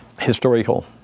historical